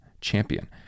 Champion